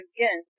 Again